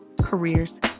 careers